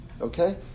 okay